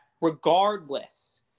regardless